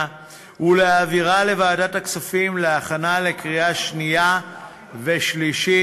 ולהעבירה לוועדת הכספים להכנה לקריאה שנייה ושלישית.